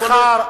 זה הכול הסכם.